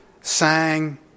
sang